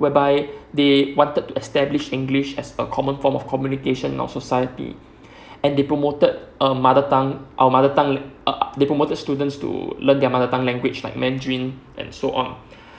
whereby they wanted to establish english as a common form of communication of society and they promoted a mother tongue our mother tongue uh they promoted students to learn their mother tongue language like mandarin and so on